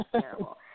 Terrible